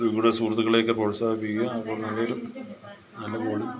നിങ്ങളുടെ സുഹൃത്തുക്കളെയൊക്കെ പ്രോത്സാഹിപ്പിക്കുക അപ്പോൾ നല്ലയൊരു നല്ല പോളി